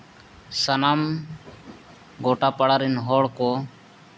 ᱥᱟᱱᱟᱢ ᱜᱚᱴᱟ ᱯᱟᱲᱟ ᱨᱮᱱ ᱦᱚᱲ ᱠᱚ